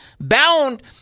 bound